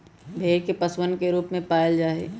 भेड़ के पशुधन के रूप में पालल जा हई